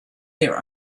their